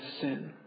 sin